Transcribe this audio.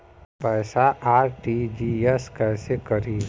पैसा आर.टी.जी.एस कैसे करी?